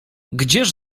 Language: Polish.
gdzież